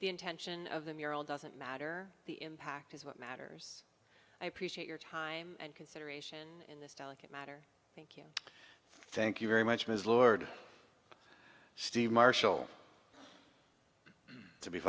the intention of the mural doesn't matter the impact is what matters i appreciate your time and consideration in this delicate matter thank you very much ms lord steve marshall to be